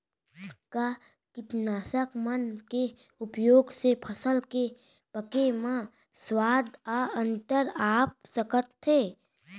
का कीटनाशक मन के उपयोग से फसल के पके म स्वाद म अंतर आप सकत हे?